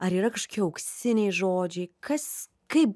ar yra kažkokie auksiniai žodžiai kas kaip